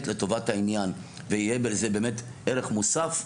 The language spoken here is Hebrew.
לטובת העניין ויהיה בזה באמת ערך מוסף,